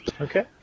Okay